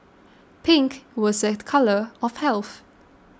pink was a colour of health